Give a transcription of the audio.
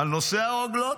על נושא הרוגלות.